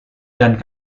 dan